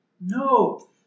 No